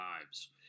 lives